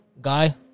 guy